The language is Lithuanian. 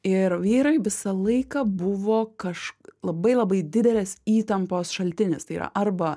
ir vyrai visą laiką buvo kaž labai labai didelės įtampos šaltinis tai yra arba